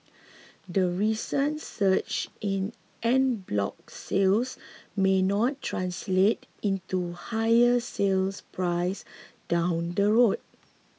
the recent surge in En bloc sales may not translate into higher sale price down the road